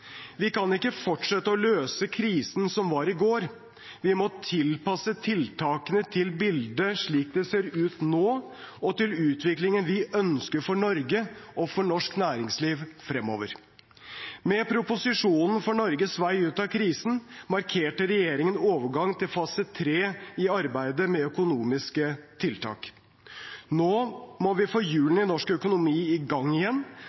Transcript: Vi kan ikke fortsette å løse krisen som var i går. Vi må tilpasse tiltakene til bildet slik det ser ut nå, og til utviklingen vi ønsker for Norge og for norsk næringsliv fremover. Med proposisjonen for Norges vei ut av krisen markerte regjeringen overgangen til fase 3 i arbeidet med økonomiske tiltak. Nå må vi få hjulene i norsk økonomi i gang igjen,